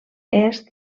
est